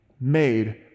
made